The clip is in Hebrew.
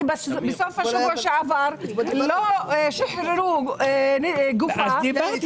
כי בסוף שבוע שעבר לא שחררו גופה בגלל --- אז דיברתי,